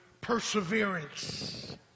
perseverance